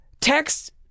Text